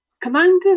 Commander